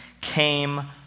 came